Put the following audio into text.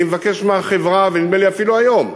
אני מבקש מהחברה, ונדמה לי אפילו היום,